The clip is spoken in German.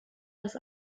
das